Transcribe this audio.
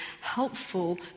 helpful